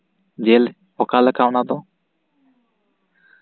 ᱡᱮ ᱚᱠᱟᱞᱮᱠᱟ ᱚᱱᱟ ᱫᱚ